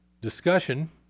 discussion